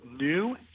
new